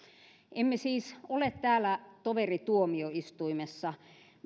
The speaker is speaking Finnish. emme siis ole täällä toverituomioistuimessa